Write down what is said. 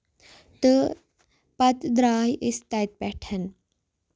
تہٕ پَتہٕ دارے أسۍ تَتہِ پٮ۪ٹھ